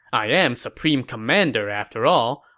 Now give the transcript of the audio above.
i am supreme commander after all.